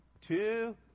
two